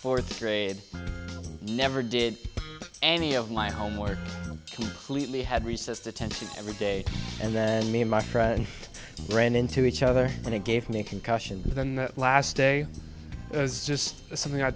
forth raid never did any of my homework completely had recessed attention every day and then me and my friend ran into each other and it gave me a concussion than the last day as just something i